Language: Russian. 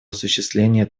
осуществления